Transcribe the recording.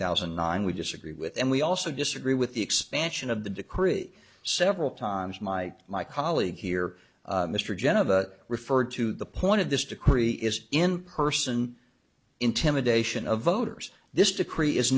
thousand and nine we disagree with and we also disagree with the expansion of the decree several times my my colleague here mr jenner of a referred to the point of this decree is in person intimidation of voters this decree is